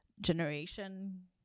generation